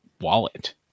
wallet